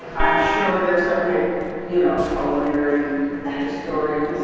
i'm sure there's something ah you know culinary ah historian